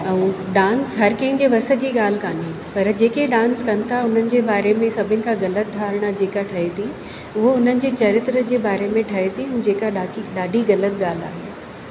ऐं डांस हर कंहिं जे वस जी ॻाल्हि कान्हे पर जेके डांस कनि था उन्हनि जे बारे में सभिनी खां ग़लति धारणा जेका ठहे थी उहा उन्हनि जे चरित्र जे बारे में ठहे थी हू जेका जेका ॾाढी ॾाढी ग़लति ॻाल्हि आहे